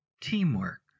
Teamwork